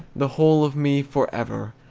the whole of me, forever,